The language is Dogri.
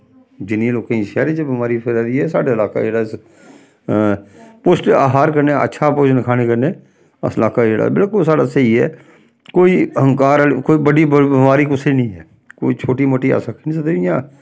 जिन्नियां लोकें गी शैह्रै च बमारी फैल्ला दी ऐ साढ़ा लाका जेह्ड़ा ऐ पोश्टिक आहार कन्नै अच्छा भोजन खाने कन्नै अस लाका जेह्ड़ा बिल्कुल साढ़ा स्हेई ऐ कोई अहंकार आह्ली कोई बड्डी बमारी कुसै गी नेईं ऐ कोई छोटी मोटी अस आखी निं सकदे भाई इ'यां